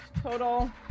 total